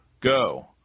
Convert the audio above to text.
Go